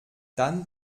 dann